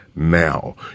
now